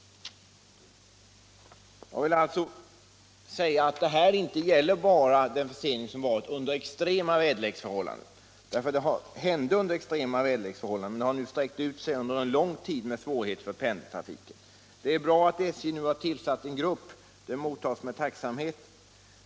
Jag vill alltså säga att detta inte bara gäller den försening som fö "rekommit under extrema väderleksförhållanden. Det hände under ex trema väderleksförhållanden, men det har nu under en längre tid varit svårigheter för pendeltrafiken. Det är bra att SJ nu har tillsatt en grupp - det noteras med tacksamhet.